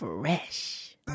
Fresh